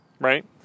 right